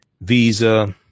Visa